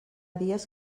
dies